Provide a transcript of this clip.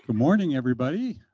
morning, everybody.